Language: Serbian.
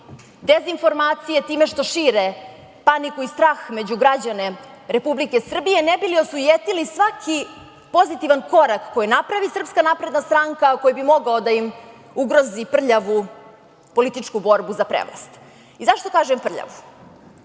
dezinformacije, time što šire paniku i strah među građane Republike Srbije ne bili osujetili svaki pozitivan korak koji napravi SNS, a koji bi mogao da im ugrozi prljavu političku borbu za prevlast. Zašto kažem prljavu?